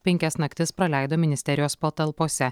penkias naktis praleido ministerijos patalpose